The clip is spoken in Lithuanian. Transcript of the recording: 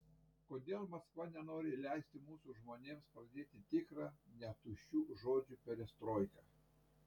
kodėl maskva nenori leisti mūsų žmonėms pradėti tikrą ne tuščių žodžių perestroiką